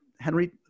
Henry